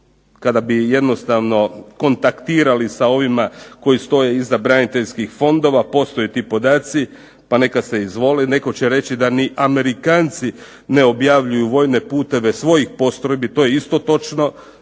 kada bi jednostavno kontaktirali sa ovima koji stoje iza braniteljskih fondova. Postoje ti podaci, pa neka se izvole. Netko će reći da ni Amerikanci ne objavljuju vojne puteve svojih postrojbi. To je isto točno.